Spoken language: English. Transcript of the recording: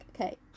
okay